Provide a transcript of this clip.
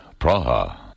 Praha